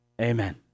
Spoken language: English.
Amen